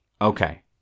Okay